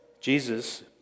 Jesus